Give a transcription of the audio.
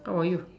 what about you